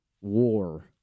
war